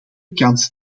kans